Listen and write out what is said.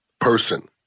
person